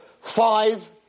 five